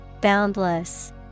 Boundless